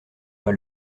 pas